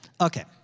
Okay